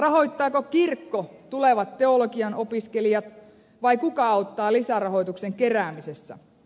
rahoittaako kirkko tulevat teologian opiskelijat vai kuka auttaa lisärahoituksen keräämisessä